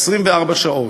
24 שעות,